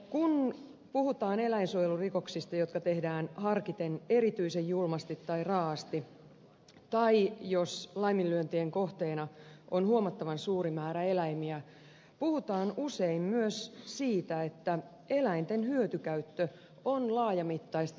kun puhutaan eläinsuojelurikoksista jotka tehdään harkiten erityisen julmasti tai raaasti tai jos laiminlyöntien kohteena on huomattavan suuri määrä eläimiä puhutaan usein myös siitä että eläinten hyötykäyttö on laajamittaista taloudellista toimintaa